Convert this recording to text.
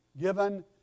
given